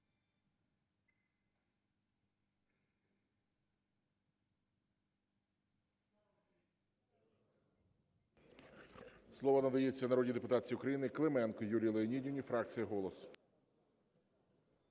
Слово надається народній депутатці України Клименко Юлії Леонідівні, фракція "Голос".